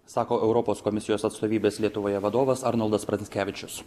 sako europos komisijos atstovybės lietuvoje vadovas arnoldas pranckevičius